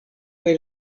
kaj